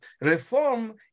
Reform